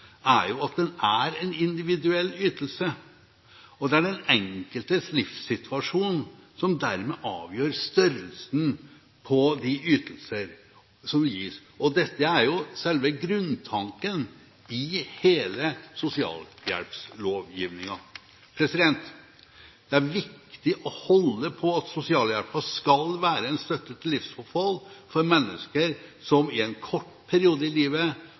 er jo at den er en individuell ytelse, og det er den enkeltes livssituasjon som dermed avgjør størrelsen på de ytelser som gis. Dette er selve grunntanken i hele sosialhjelpslovgivningen. Det er viktig å holde på at sosialhjelpen skal være en støtte til livsopphold for mennesker som i en kort periode i livet